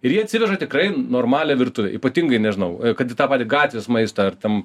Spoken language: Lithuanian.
ir jie atsiveža tikrai normalią virtuvę ypatingai nežinau kad ir tą patį gatvės maistą ar ten